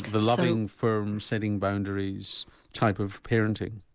the loving, firm, setting boundaries type of parenting.